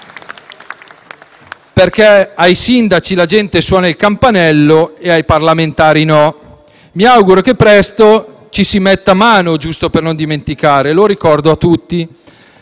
Province. Ai sindaci la gente suona il campanello di casa ed ai parlamentari no. Mi auguro che presto ci si metta mano; giusto per non dimenticare, lo ricordo a tutti.